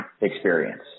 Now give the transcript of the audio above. experience